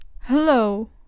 hello